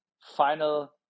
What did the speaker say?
final